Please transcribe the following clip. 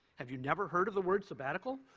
have you never heard of the word sabbatical?